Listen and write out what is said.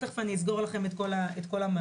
בהמשך אני אסגור את כל המעגלים.